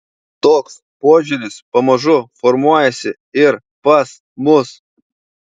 toks požiūris pamažu formuojasi ir pas mus